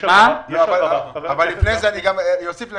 לפני זה גם אוסיף,